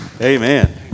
Amen